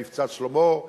"מבצע שלמה";